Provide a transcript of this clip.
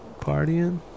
partying